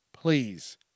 Please